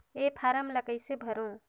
ये फारम ला कइसे भरो?